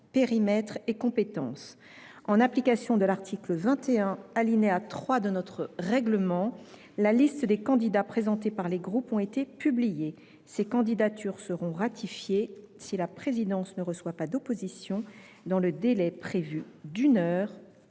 périmètre et compétences ». En application de l’article 21, alinéa 3 de notre règlement, les listes des candidats présentés par les groupes ont été publiées. Ces candidatures seront ratifiées si la présidence ne reçoit pas d’opposition dans le délai d’une heure